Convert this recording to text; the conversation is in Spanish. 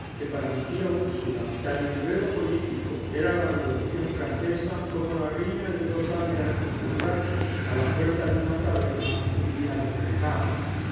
que para mi tía úrsula tan enredo político era la revolución francesa como la riña de dos aldeanos borrachos a la puerta de una taberna un día de mercado